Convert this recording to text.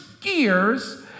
gears